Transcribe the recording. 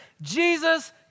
Jesus